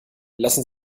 lassen